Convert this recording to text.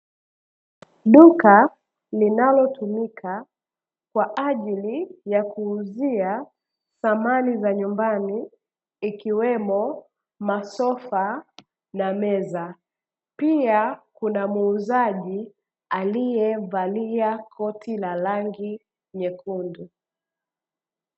Duka linalotumika kwa ajili ya kuuzia samani za nyumbani ikiwemo masofa na meza. Pia kuna muuzaji aliyevalia koti la rangi nyekundu.